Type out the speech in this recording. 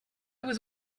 was